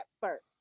first